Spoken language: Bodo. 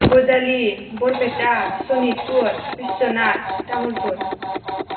ब'जालि बरपेटा सनितपुर विश्वनाथ तामुलपुर